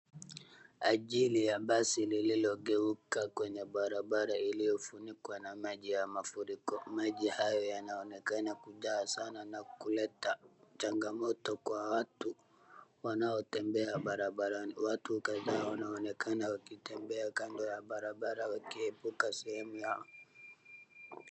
Ajili ya basi lililogeuka kwenye barabara iliyofunikwa na maji ya mafuriko. Maji hayo yanaonekana kujaa sana na kuleta changamoto kwa watu wanaotembea barabarani. Watu kadhaa wanonekana wakitembea kando ya barabara wakiepuka sehemu ya.